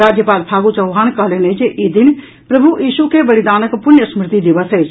राज्यपाल फागू चौहान कहलनि अछि जे ई दिन प्रभू यीशू के बलिदानक पुण्य स्मृति दिवस अछि